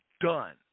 done